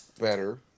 better